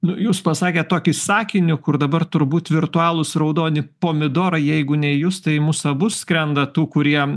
nu jūs pasakėt tokį sakinį kur dabar turbūt virtualūs raudoni pomidorai jeigu ne į jus tai į mus abu skrenda tų kurie